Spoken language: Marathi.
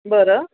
बरं